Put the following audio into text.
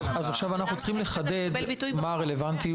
--- אז עכשיו אנחנו צריכים לחדד מה הרלוונטיות